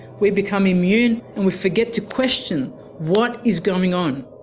we become immune, and we forget to question what is going on.